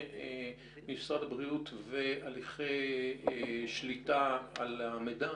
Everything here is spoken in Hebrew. משרד הבריאות והליכי שליטה על המידע?